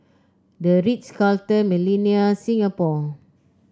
The Ritz Carlton Millenia Singapore